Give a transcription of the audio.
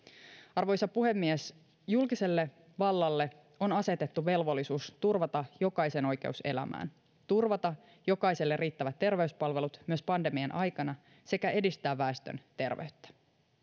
arvoisa puhemies julkiselle vallalle on asetettu velvollisuus turvata jokaisen oikeus elämään turvata jokaiselle riittävät terveyspalvelut myös pandemian aikana sekä edistää väestön terveyttä